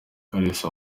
kalisa